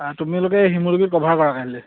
তোমালোকে শিমলুগুৰিত কভাৰ কৰা কাইলৈ